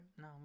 No